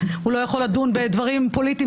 הוא לא יכול לדון בדברים פוליטיים,